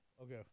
okay